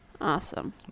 Awesome